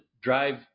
drive